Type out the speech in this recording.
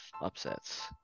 upsets